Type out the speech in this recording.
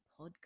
podcast